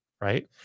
right